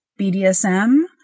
BDSM